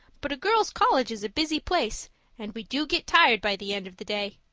but a girls' college is a busy place and we do get tired by the end of the day!